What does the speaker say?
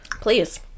Please